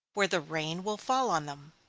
where the rain will fall on them.